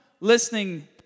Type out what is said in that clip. listening